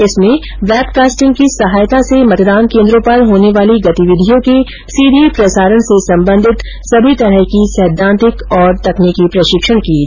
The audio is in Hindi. इसमें वेब कास्टिंग की सहायता से मतदान केन्द्रों पर होने वाली गतिविधियों के सीधे प्रसारण से संबंधित सभी प्रकार का सैद्धांतिक और तकनीकी प्रशिक्षण दिया गया